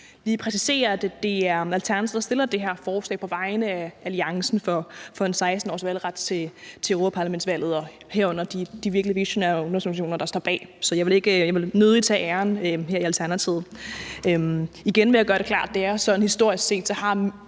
lige præcisere, at det er Alternativet, der fremsætter det her forslag på vegne af alliancen for at give 16-årige valgrettil europaparlamentsvalget, herunder de virkelig visionære ungdomsorganisationer, der står bag. Så jeg vil nødig tage æren her i Alternativet. Igen vil jeg gøre det klart, at det er sådan, at